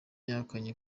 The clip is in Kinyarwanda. yahakanye